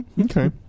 okay